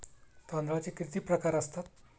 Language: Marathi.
तांदळाचे किती प्रकार असतात?